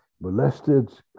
molested